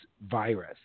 virus